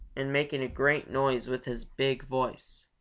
and making a great noise with his big voice.